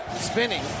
spinning